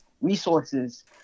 resources